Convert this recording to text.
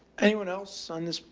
anyone else on this